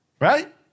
Right